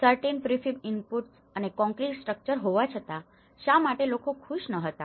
certain prefab inputs અને concrete structures હોવા છતાં શા માટે લોકો ખુશ ન હતા